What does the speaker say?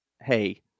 Hey